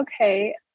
okay